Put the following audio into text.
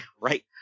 right